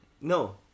no